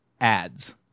ads